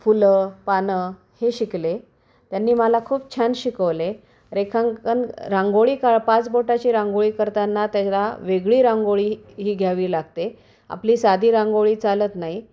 फुलं पानं हे शिकले त्यांनी मला खूप छान शिकवले रेखांकन रांगोळी का पाच बोटाची रांगोळी करताना त्याला वेगळी रांगोळी ही घ्यावी लागते आपली साधी रांगोळी चालत नाही